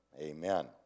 Amen